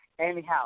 Anyhow